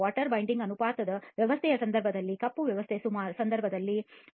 3 water binder ಅನುಪಾತ ವ್ಯವಸ್ಥೆಯ ಸಂದರ್ಭದಲ್ಲಿ ಕಪ್ಪು ವ್ಯವಸ್ಥೆಯ ಸಂದರ್ಭದಲ್ಲಿ 0